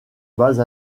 base